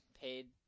paid